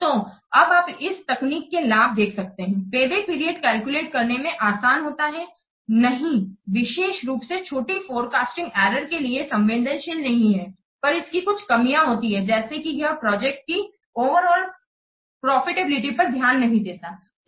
तो अब आप इस तकनीक के लाभ देख सकते हैं पेबैक पीरियड कैलकुलेट करने में आसान होता हैनहीं विशेष रुप से छोटी फोरकास्टिंग एरर्स के लिए संवेदनशील नहींपर इसकी कुछ कमियाँ होती है जैसे कि यह प्रोजेक्ट की ओवर ऑल प्रॉफिटेबिलिटी पर ध्यान नहीं देता है